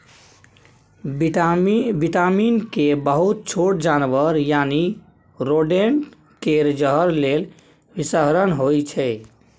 vitamin के बहुत छोट जानबर यानी रोडेंट केर जहर लेल बिषहरण होइ छै